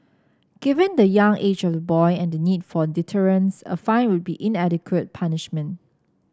given the young age of the boy and the need for deterrence a fine would be an inadequate punishment